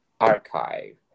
archive